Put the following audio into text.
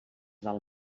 del